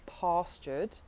pastured